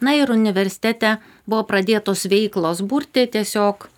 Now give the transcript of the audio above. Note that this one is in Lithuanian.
na ir universitete buvo pradėtos veiklos burti tiesiog